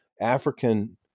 African